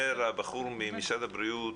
אומר הבחור ממשרד הבריאות